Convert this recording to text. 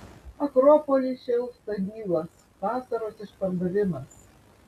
akropoly šėlsta dylas vasaros išpardavimas